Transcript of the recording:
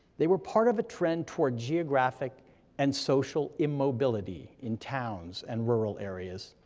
they were part of a trend toward geographic and social immobility in towns and rural areas.